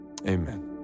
Amen